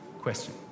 question